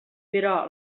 però